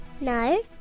No